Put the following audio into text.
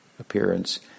appearance